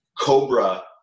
Cobra